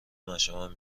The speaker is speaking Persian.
مشامم